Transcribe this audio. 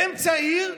באמצע עיר,